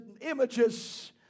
images